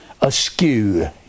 askew